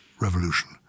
Revolution